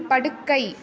படுக்கை